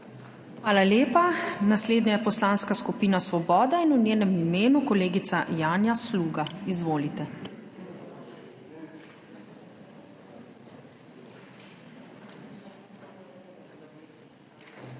Hvala lepa. Naslednja je Poslanska skupina Svoboda in v njenem imenu kolegica Janja Sluga. Izvolite. JANJA SLUGA